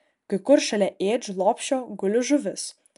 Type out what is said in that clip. kai kur šalia ėdžių lopšio guli žuvis